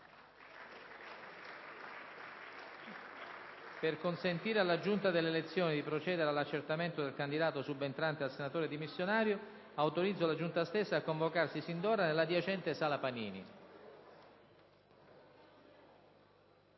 Per consentire alla Giunta delle elezioni di procedere all'accertamento del candidato subentrante al senatore dimissionario, autorizzo la Giunta delle elezioni a convocarsi sin d'ora nell'adiacente Sala Pannini.